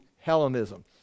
Hellenism